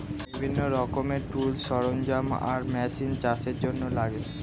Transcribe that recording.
বিভিন্ন রকমের টুলস, সরঞ্জাম আর মেশিন চাষের জন্যে লাগে